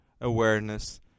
awareness